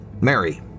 Mary